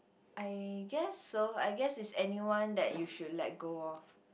I guess so I guess it's anyone that you should let go of